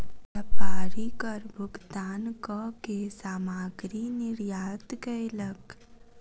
व्यापारी कर भुगतान कअ के सामग्री निर्यात कयलक